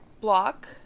block